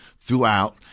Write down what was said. throughout